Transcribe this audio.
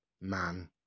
man